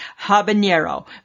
habanero